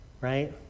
right